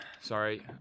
sorry